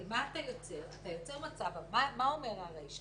אתה יוצר מצב הרי מה אומר הרישה?